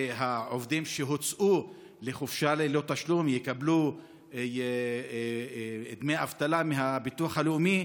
העובדים שהוצאו לחופשה ללא תשלום יקבלו דמי אבטלה מהביטוח הלאומי.